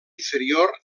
inferior